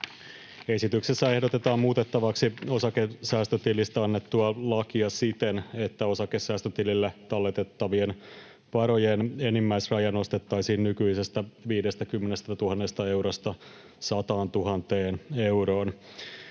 Esityksessä ehdotetaan muutettavaksi osakesäästötilistä annettua lakia siten, että osakesäästötilille talletettavien varojen enimmäisraja nostettaisiin nykyisestä 50 000 eurosta 100 000 euroon.